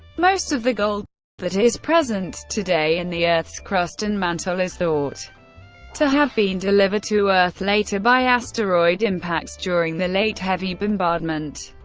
most of the gold that is present today in the earth's crust and mantle is thought to have been delivered to earth later, by asteroid impacts during the late heavy bombardment.